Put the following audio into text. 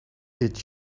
each